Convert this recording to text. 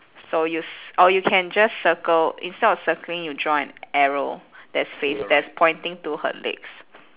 so you c~ or you can just circle instead of circling you draw an arrow that's fac~ that's pointing to her legs